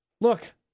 Look